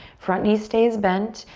front knee stays bent.